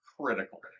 Critical